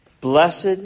blessed